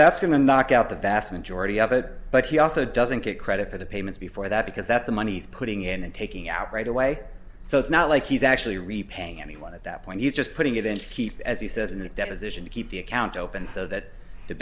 that's going to knock out the vast majority of it but he also doesn't get credit for the payments before that because that's the money's putting in and taking out right away so it's not like he's actually repaying anyone at that point he's just putting it into keep as he says in this deposition to keep the account open so that the